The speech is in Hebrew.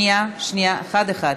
שנייה, אחד-אחד.